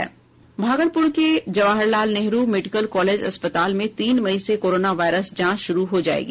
भागलपुर के Jawaharlal Nehru medical college अस्पताल में तीन मई से कोरोना वायरस जांच शुरू हो जाएगी